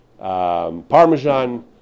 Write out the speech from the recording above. Parmesan